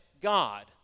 God